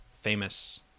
famous